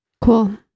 cool